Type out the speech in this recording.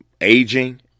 aging